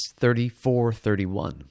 34-31